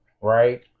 right